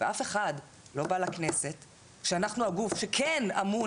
ואף אחד לא בא לכנסת כשאנחנו הגוף שכן אמון